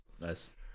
nice